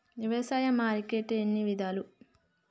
వ్యవసాయ మార్కెటింగ్ ఎన్ని విధాలు?